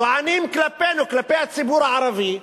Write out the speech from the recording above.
טוענים כלפינו, כלפי הציבור הערבי,